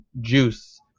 juice